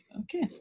okay